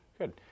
Good